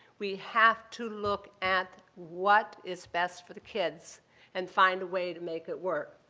we have to look at what is best for the kids and find a way to make it work.